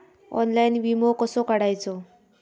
Online विमो कसो काढायचो?